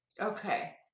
Okay